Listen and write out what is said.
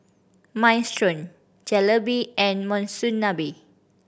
Minestrone Jalebi and Monsunabe